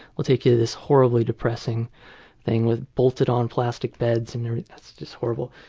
they'll take you to this horribly depressing thing with bolted-on plastic beds, and it's just horrible.